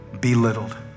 belittled